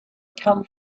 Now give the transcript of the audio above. come